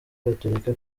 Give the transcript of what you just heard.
gatolika